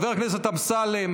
הכנסת גם יכולה לדון.